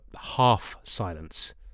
half-silence